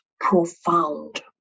profound